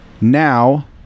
Now